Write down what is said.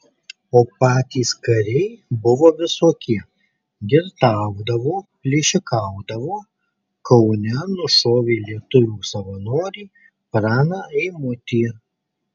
o patys kariai buvo visokie girtaudavo plėšikaudavo kaune nušovė lietuvių savanorį praną eimutį